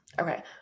Okay